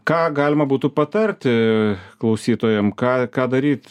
ką galima būtų patarti klausytojam ką ką daryt